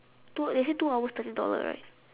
two they say two hours thirty dollar right